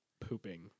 pooping